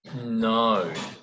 No